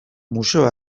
museo